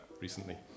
recently